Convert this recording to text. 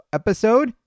episode